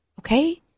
Okay